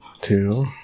Two